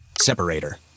Separator